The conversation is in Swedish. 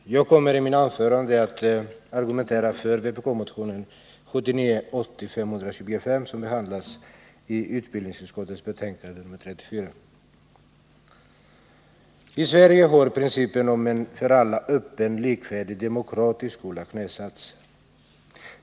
Fru talman! Jag kommer i mitt anförande att argumentera för vpkmotionen 1979/80:525 som behandlas i utbildningsutskottets betänkande nr 34. I Sverige har principen om en för alla öppen, likvärdig, demokratisk skola knäsatts.